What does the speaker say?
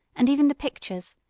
and even the pictures,